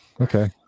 okay